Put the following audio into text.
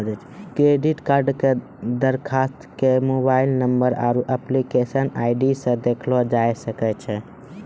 credit कार्डो के दरखास्त के मोबाइल नंबर आरु एप्लीकेशन आई.डी से देखलो जाय सकै छै